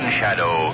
shadow